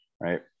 right